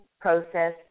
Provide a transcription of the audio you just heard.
process